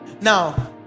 now